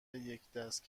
یکدست